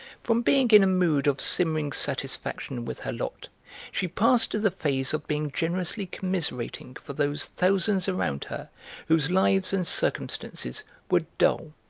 from being in a mood of simmering satisfaction with her lot she passed to the phase of being generously commiserating for those thousands around her whose lives and circumstances were dull,